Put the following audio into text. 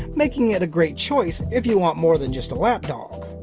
making it a great choice if you want more than just a lap dog.